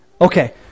Okay